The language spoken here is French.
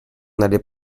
n’allait